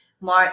more